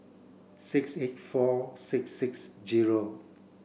six eight four six six zero